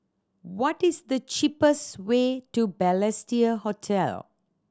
what is the cheapest way to Balestier Hotel